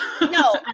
No